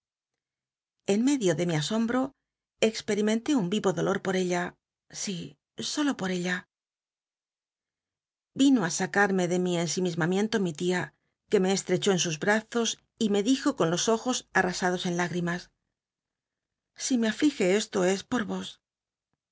en medio de mi asombro expeimenté un o dolor po ella si solo por ella ino ti sac ume do mi ensimismamiento mi tia que me cslcchó en sus brazos y me dijo con los ojos masados en lagrimas si me allige esto es por